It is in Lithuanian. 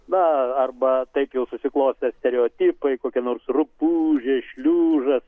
na arba taip jau susiklostę stereotipai kokia nors rupūžė šliužas